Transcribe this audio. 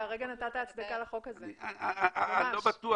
אני די מבין